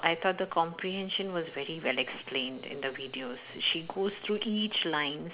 I thought the comprehension was very well explained in the videos she goes through each lines